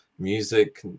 music